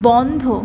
বন্ধ